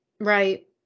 Right